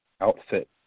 outfit